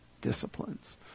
disciplines